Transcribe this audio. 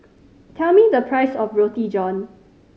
tell me the price of Roti John